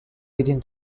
within